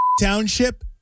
township